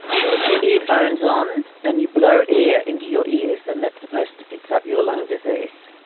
you put your earphones on and you blow air into your ears and that's supposed to fix up your lung disease.